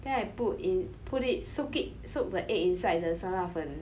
then I put in put it soak it soak the egg inside the 酸辣粉